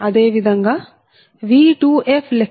అదే విధంగా V2f లెక్కిస్తే 0